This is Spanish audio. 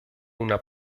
una